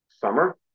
summer